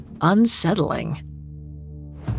unsettling